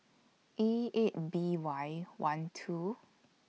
E eight B Y one two